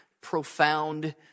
profound